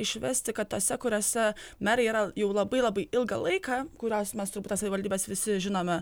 išvesti kad tose kuriose merai yra jau labai labai ilgą laiką kurios mes turbūt tas savivaldybės visi žinome